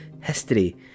history